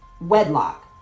wedlock